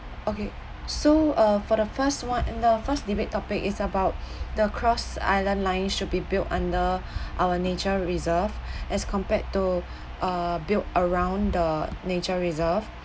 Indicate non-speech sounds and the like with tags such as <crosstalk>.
okay so uh for the first one and the first debate topic is about <breath> the cross island line should be built under our nature reserve as compared to uh built around the nature reserve